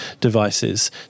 devices